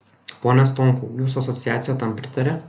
pone stonkau jūsų asociacija tam pritaria